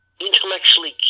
intellectually